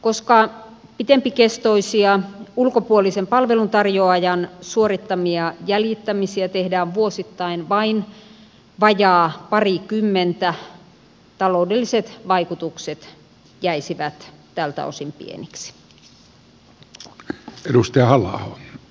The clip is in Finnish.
koska pitempikestoisia ulkopuolisen palveluntarjoajan suorittamia jäljittämisiä tehdään vuosittain vain vajaa parikymmentä taloudelliset vaikutukset jäisivät tältä osin pieniksi